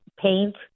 paint